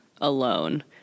Alone